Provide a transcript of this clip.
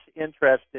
interested